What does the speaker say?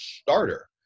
starter